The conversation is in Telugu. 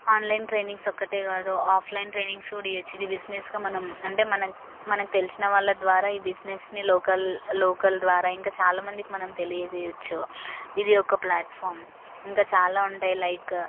ఆన్లైన్ ట్రైనింగ్స్ ఒక్కటే కాదు ఆఫ్లైన్ ట్రైనింగ్స్ కూడా ఇవచ్చు ఇది బిజినెస్గా మనం అంటే మనం మనకి తెలిసిన వాళ్ళ ద్వారా ఈ బిజినెస్ని లోకల్ లోకల్ ద్వారా ఇంకా చాలా మందికి మనం తెలియచేయవచ్చు ఇది ఒక ప్లాట్ఫామ్ ఇంకా చాలా ఉంటాయి లైక్